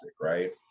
right